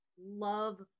Love